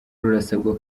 rurasabwa